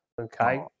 okay